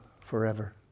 forever